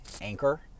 Anchor